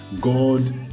god